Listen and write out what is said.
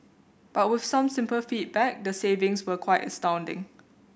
but with some simple feedback the savings were quite astounding